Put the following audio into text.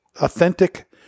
authentic